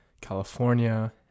california